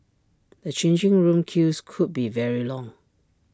the changing room queues could be very long